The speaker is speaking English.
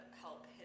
help